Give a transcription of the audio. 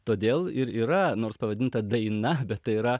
todėl ir yra nors pavadinta daina bet tai yra